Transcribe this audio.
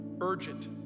urgent